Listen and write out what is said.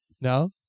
No